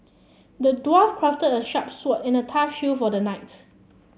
the dwarf crafted a sharp sword and a tough shield for the knight